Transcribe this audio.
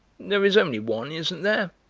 there is only one, isn't there?